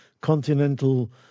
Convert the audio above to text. continental